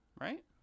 right